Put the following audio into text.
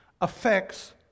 affects